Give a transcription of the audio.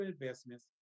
investments